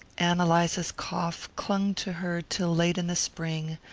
ann eliza's cough clung to her till late in the spring,